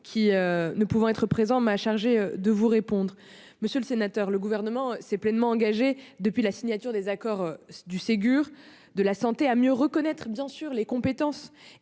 ne pouvant être présent, m'a chargée de vous répondre. Le Gouvernement s'est pleinement engagé depuis la signature des accords du Ségur de la santé à mieux reconnaître les compétences